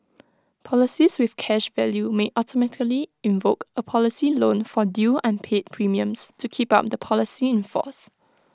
policies with cash value may automatically invoke A policy loan for due unpaid premiums to keep on the policy in force